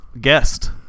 guest